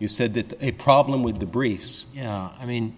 you said that a problem with the briefs i mean